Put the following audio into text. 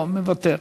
לא, מוותר.